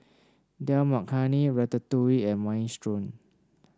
Dal Makhani Ratatouille and Minestrone